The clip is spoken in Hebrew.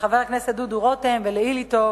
לחברי הכנסת דודו רותם ואילטוב